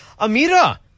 Amira